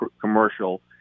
commercial